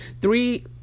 three